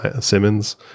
simmons